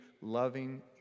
loving